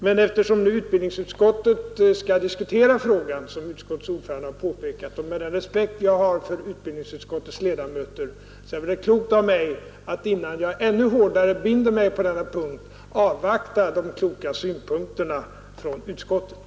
Men eftersom utbildningsutskottet nu skall diskutera frågan — som utskottets ordförande nu har påpekat — och med den respekt jag har för utbildningsutskottets ledamöter är det klokt av mig att, innan jag ännu hårdare binder mig på denna punkt, avvakta de kloka synpunkterna från utskottet.